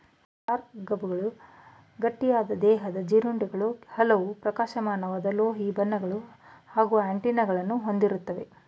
ಸ್ಕಾರಬ್ಗಳು ಗಟ್ಟಿಯಾದ ದೇಹದ ಜೀರುಂಡೆಗಳು ಹಲವು ಪ್ರಕಾಶಮಾನವಾದ ಲೋಹೀಯ ಬಣ್ಣಗಳು ಹಾಗೂ ಆಂಟೆನಾಗಳನ್ನ ಹೊಂದಿರ್ತವೆ